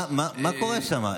מה קורה שם?